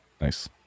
Nice